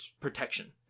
protection